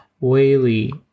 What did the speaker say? Whaley